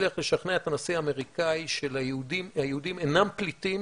והצליח לשכנע את הנשיא האמריקאי שהיהודים אינם פליטים,